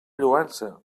lloança